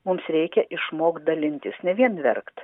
mums reikia išmokt dalintis ne vien verkt